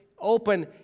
open